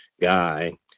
guy